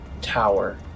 tower